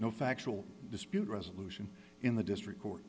no factual dispute resolution in the district court